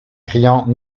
criant